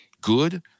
good